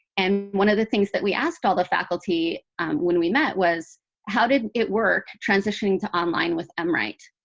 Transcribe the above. and one of the things that we asked all the faculty when we met was how did it work transitioning to online with mwrite.